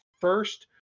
first